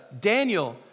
Daniel